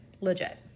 Legit